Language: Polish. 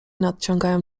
nadciągają